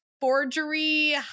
forgery